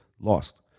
lost